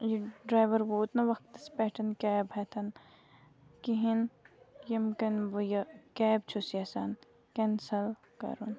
یہِ ڈرٛایوَر ووت نہٕ وقتَس پٮ۪ٹھ کیب ہٮ۪تھ کِہیٖنۍ ییٚمہِ کِںۍ بہٕ یہِ کیب چھُس یژھان کٮ۪نسَل کَرُن